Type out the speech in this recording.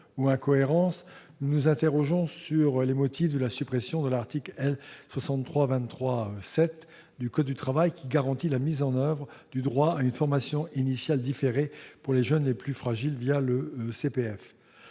ou incohérence ? Nous nous interrogeons sur les motifs de la suppression de l'article L. 6323-7 du code du travail, qui garantit la mise en oeuvre du droit à une formation initiale différée pour les jeunes les plus fragiles le CPF.